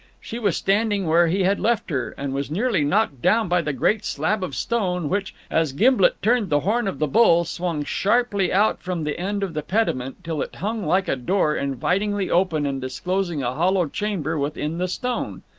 she was standing where he had left her, and was nearly knocked down by the great slab of stone which, as gimblet turned the horn of the bull, swung sharply out from the end of the pediment, till it hung like a door invitingly open and disclosing a hollow chamber within the stone.